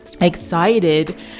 excited